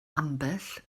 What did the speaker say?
ambell